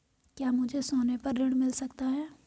क्या मुझे सोने पर ऋण मिल सकता है?